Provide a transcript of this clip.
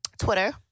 Twitter